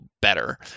better